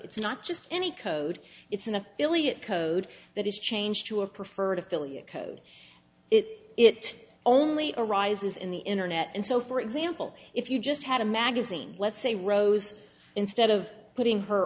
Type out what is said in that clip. it's not just any code it's an affiliate code that is changed to a preferred affiliate code it only arises in the internet and so for example if you just had a magazine let's say rows instead of putting her